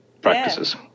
practices